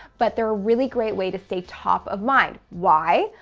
but they're a really great way to stay top of mind. why?